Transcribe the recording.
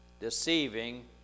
deceiving